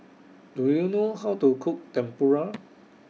Do YOU know How to Cook Tempura